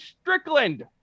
Strickland